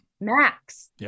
max